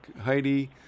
Heidi